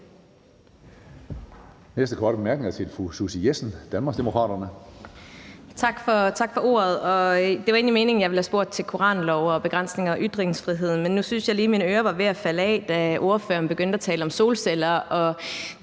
næste korte bemærkning er til fru Karina Adsbøl, Danmarksdemokraterne.